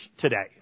today